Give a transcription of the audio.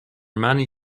many